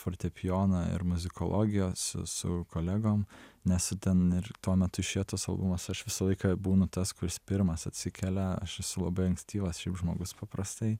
fortepijoną ir muzikologijos su kolegom nes ten ir tuo metu išėjo tas albumas aš visą laiką būnu tas kuris pirmas atsikelia aš esu labai ankstyvas šiaip žmogus paprastai